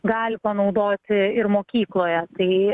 gali panaudoti ir mokykloje tai